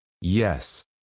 Yes